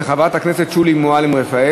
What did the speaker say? של חברת הכנסת שולי מועלם-רפאלי.